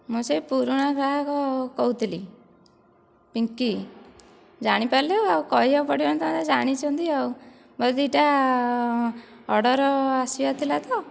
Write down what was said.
ମୁଁ ସେଇ ପୁରୁଣା ଗ୍ରାହକ କହୁଥିଲି ପିଙ୍କି ଜାଣିପାରିଲେ ଆଉ କହିବାକୁ ପଡ଼ିବନି ତ ଜାଣିଛନ୍ତି ଆଉ ମୋ'ର ଦୁଇଟା ଅର୍ଡ଼ର ଆସିବାର ଥିଲା ତ